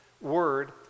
word